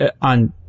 on